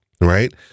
right